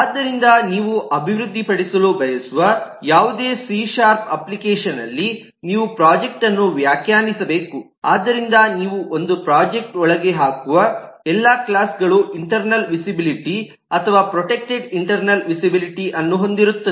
ಆದ್ದರಿಂದ ನೀವು ಅಭಿವೃದ್ಧಿಪಡಿಸಲು ಬಯಸುವ ಯಾವುದೇ ಸಿ ಶಾರ್ಪ್ ಅಪ್ಲಿಕೇಶನ್ ಅಲ್ಲಿ ನೀವು ಪ್ರೊಜೆಕ್ಟ್ಅನ್ನು ವ್ಯಾಖ್ಯಾನಿಸಬೇಕು ಆದ್ದರಿಂದ ನೀವು ಒಂದು ಪ್ರೊಜೆಕ್ಟ್ ಒಳಗೆ ಹಾಕುವ ಎಲ್ಲಾ ಕ್ಲಾಸ್ಗಳು ಇಂಟರ್ನಲ್ ವಿಸಿಬಿಲಿಟಿ ಅಥವಾ ಪ್ರೊಟೆಕ್ಟೆಡ್ ಇಂಟರ್ನಲ್ ವಿಸಿಬಿಲಿಟಿಅನ್ನು ಹೊಂದಿರುತ್ತದೆ